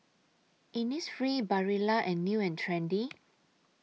Innisfree Barilla and New and Trendy